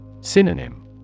Synonym